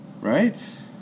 Right